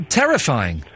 terrifying